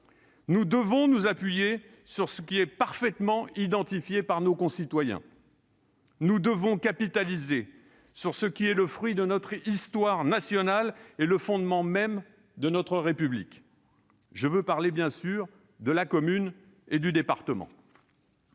Nous devons nous appuyer sur ce qui est parfaitement identifié par nos concitoyens. Nous devons capitaliser sur ce qui est le fruit de notre histoire nationale et le fondement même de notre République. Je veux parler bien sûr de la commune et du département.